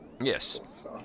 Yes